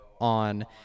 on